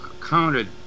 counted